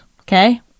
okay